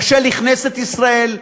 קשה לכנסת ישראל,